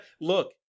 Look